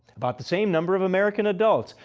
about the same number of american adults,